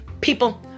People